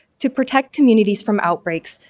to protect communities from outbreaks,